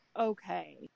Okay